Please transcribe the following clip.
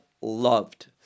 loved